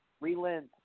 relent